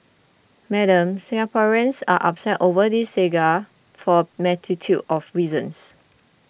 Madam Singaporeans are upset over this saga for a multitude of reasons